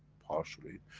partially,